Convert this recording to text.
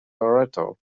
narrator